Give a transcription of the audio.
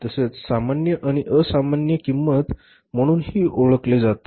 तसेच सामान्य आणि असामान्य किंमत म्हणून हि ओळखले जातात